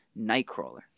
Nightcrawler